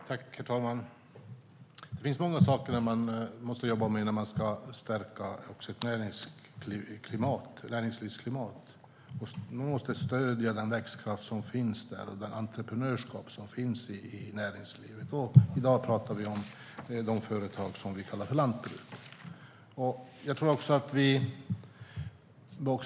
Herr talman! Det finns många saker som man måste jobba med när man ska stärka ett näringslivsklimat. Man måste stödja den växtkraft och det entreprenörskap som finns i näringslivet. I dag pratar vi om de företag som vi kallar för lantbruk.